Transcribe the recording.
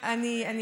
טוב, אני אספר.